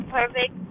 perfect